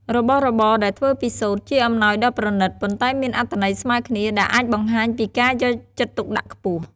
របស់របរដែលធ្វើពីសូត្រ ជាអំណោយដ៏ប្រណិត ប៉ុន្តែមានអត្ថន័យស្មើគ្នា ដែលអាចបង្ហាញពីការយកចិត្តទុកដាក់ខ្ពស់។